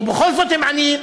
ובכל זאת הם עניים.